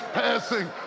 passing